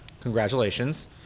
Congratulations